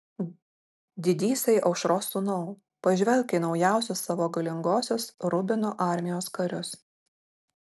didysai aušros sūnau pažvelk į naujausius savo galingosios rubino armijos karius